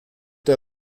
der